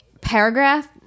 paragraph